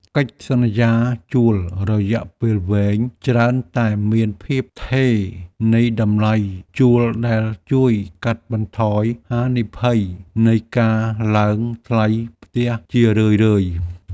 កិច្ចសន្យាជួលរយៈពេលវែងច្រើនតែមានភាពថេរនៃតម្លៃជួលដែលជួយកាត់បន្ថយហានិភ័យនៃការឡើងថ្លៃផ្ទះជារឿយៗ។